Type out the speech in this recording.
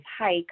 Hike